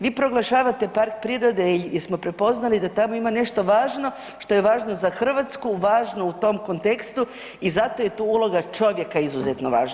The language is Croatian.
Vi proglašavate park prirode jer smo prepoznali da tamo ima nešto važno, što je važno za Hrvatsku, važno u tom kontekstu i zato je tu uloga čovjeka izuzetno važna.